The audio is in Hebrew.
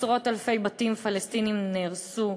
עשרות-אלפי בתים פלסטיניים נהרסו.